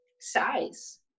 size